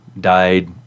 died